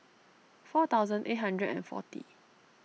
four thousand eight hundred and forty